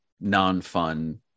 non-fun